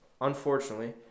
unfortunately